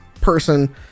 person